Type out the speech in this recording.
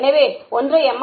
எனவே ஒன்று எம்